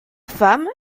femme